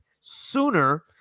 sooner